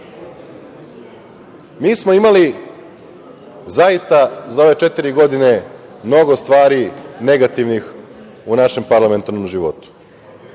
smo imali zaista za ove četiri godine mnogo negativnih stvari u našem parlamentarnom životu